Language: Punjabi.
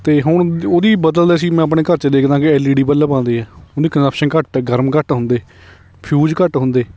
ਅਤੇ ਹੁਣ ਉਹਦੀ ਬਦਲ ਅਸੀਂ ਮੈਂ ਆਪਣੇ ਘਰ 'ਚ ਦੇਖਦਾ ਕਿ ਐਲ ਈ ਡੀ ਬਲਬ ਆਉਂਦੇ ਆ ਉਹਦੀ ਕੰਜ਼ਪਸ਼ਨ ਘੱਟ ਗਰਮ ਘੱਟ ਹੁੰਦੇ ਫਿਊਜ ਘੱਟ ਹੁੰਦੇ